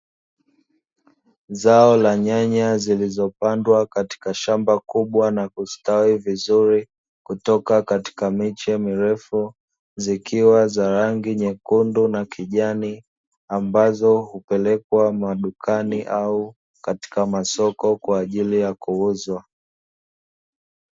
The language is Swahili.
Zao la nyanya zilizopandwa katika shamba kubwa na kustawi vizuri kutoka katika miche mirefu zikiwa za rangi nyekundu na kijani ambazo hupelekwa madukani au katika masoko kwa ajili ya kuuzwa.